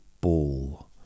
ball